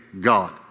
God